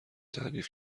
تعریف